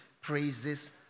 praises